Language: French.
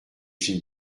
j’ai